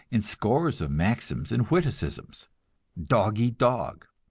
in scores of maxims and witticisms dog eat dog,